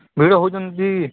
ଭିଡ଼ ହେଉଛନ୍ତି